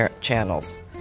channels